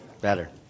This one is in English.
Better